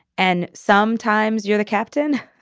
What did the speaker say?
and sometimes you're the captain.